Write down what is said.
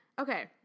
Okay